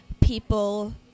people